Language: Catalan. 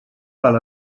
qual